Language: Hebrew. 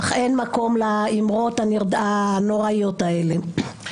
אך איך מקום לאמירות הנוראיות האלה.